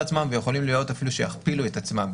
עצמם ויכול להיות שאפילו יכפילו את עצמם,